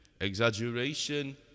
exaggeration